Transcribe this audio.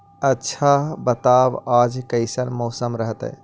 आच्छा बताब आज कैसन मौसम रहतैय?